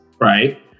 right